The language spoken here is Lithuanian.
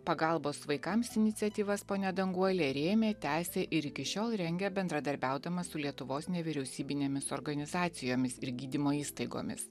pagalbos vaikams iniciatyvas ponia danguolė rėmė tęsė ir iki šiol rengia bendradarbiaudama su lietuvos nevyriausybinėmis organizacijomis ir gydymo įstaigomis